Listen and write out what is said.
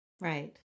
right